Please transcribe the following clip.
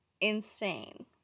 insane